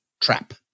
trap